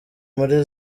muri